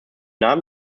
namen